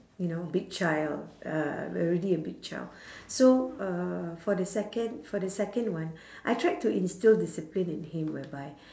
you know big child uh already a big child so uh for the second for the second one I tried to instil discipline in him whereby